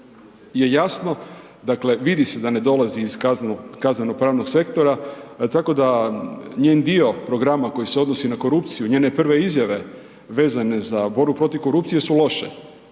je jasno, dakle vidi se da ne dolazi iz kaznenog-pravnog sektora, tako da njen dio programa koji se odnosi na korupciju, njene prve izjave vezane za borbu protiv korupcije su loše